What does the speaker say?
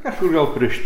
kažkur jau prieš